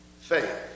faith